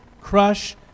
crush